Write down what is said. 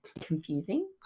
confusing